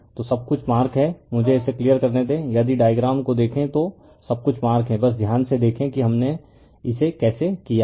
तो सब कुछ मार्क है मुझे इसे क्लियर करने दें यदि डायग्राम को देखें तो सब कुछ मार्क है बस ध्यान से देखें कि हमने इसे कैसे किया है